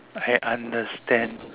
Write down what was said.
I understand